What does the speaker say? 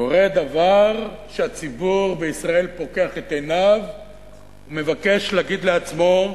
קורה דבר שהציבור בישראל פוקח את עיניו ומבקש להגיד לעצמו: